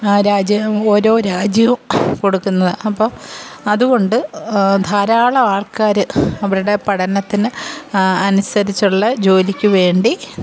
രാജ്യം ഓരോ രാജ്യവും കൊടുക്കുന്നത് അപ്പം അതുകൊണ്ട് ധാരാളം ആൾക്കാർ അവരുടെ പഠനത്തിന് അനുസരിച്ചുള്ള ജോലിക്കുവേണ്ടി